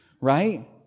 Right